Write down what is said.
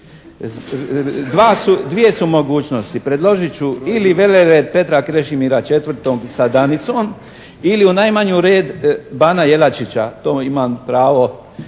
Dvije su mogućnosti. Predložit ću ili velered Petra Krešimira IV sa danicom ili u najmanju red bana Jelačića. To imam pravo